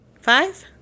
Five